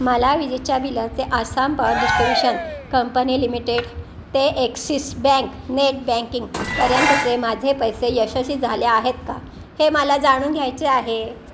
मला विजेच्या बिलाचे Assam power distribution company limited ते एक्सिस बँक नेट बँकिंग पर्यंतचे माझे पैसे यशस्वी झाले आहेत का हे मला जाणून घ्यायचे आहे